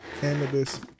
Cannabis